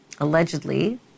Allegedly